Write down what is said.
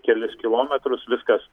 kelis kilometrus viskas